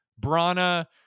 Brana